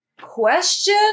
Question